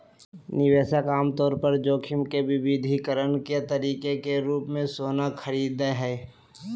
निवेशक आमतौर पर जोखिम के विविधीकरण के तरीके के रूप मे सोना खरीदय हय